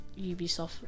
Ubisoft